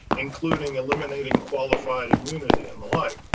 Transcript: including eliminating qualified immunity and the like.